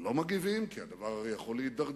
לא מגיבים, כי הדבר הרי יכול להידרדר,